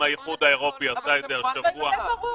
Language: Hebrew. האיחוד האירופאי עשה את זה השבוע -- זה ברור,